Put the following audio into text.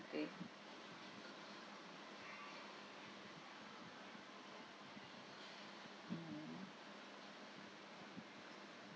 okay mm